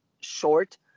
short